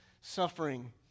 suffering